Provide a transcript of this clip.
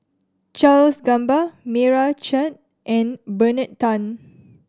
Charles Gamba Meira Chand and Bernard Tan